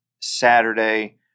Saturday